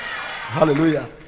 Hallelujah